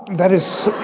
that is.